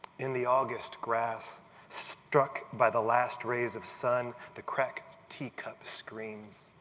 in the august grass struck by the last rays of sun the cracked teacup screams.